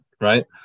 right